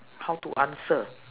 how to answer